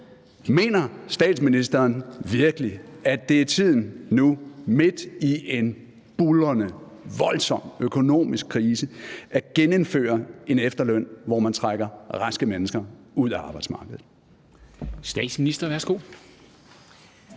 Mener statsministeren virkelig, at det er tiden nu midt i en buldrende, voldsom økonomisk krise at genindføre en efterløn, hvor man trækker raske mennesker ud af arbejdsmarkedet?